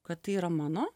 kad tai yra mano